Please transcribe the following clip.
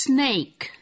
Snake